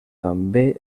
també